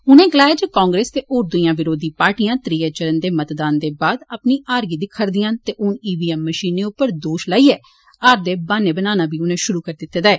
उनें गलाया जे कांग्रेस ते होर दूइयां बरोधी पार्टियां त्रीयै चरण दे मतदान दे बाद अपनी हार गी दिक्खा'रदियां न ते हून ईवीएम मशीन उप्पर दोश लाइयै हार दे ब्हाने बनाना बी उनें शुरू करी दित्ता ऐ